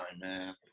man